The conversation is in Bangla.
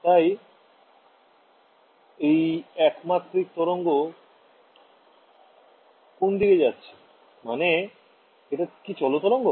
তাই এই একমাত্রিক তরঙ্গ কোন দিকে যাচ্ছে মানে এটা কি চল তরঙ্গ